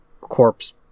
corpse